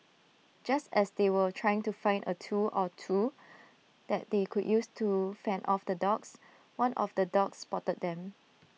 just as they were trying to find A tool or two that they could use to fend off the dogs one of the dogs spotted them